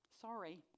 sorry